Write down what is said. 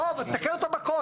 אז תתקן אותו בכל.